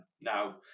Now